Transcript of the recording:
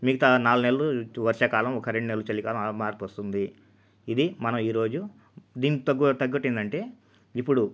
మిగతా నాలుగు నెలలు ఇట్టా వర్షాకాలం ఒక రెండు నెలలు చలికాలం ఆ మార్పు వస్తుంది ఇది మనం ఈరోజు దీనికి తగ్గట్టు ఏంటంటే ఇప్పుడు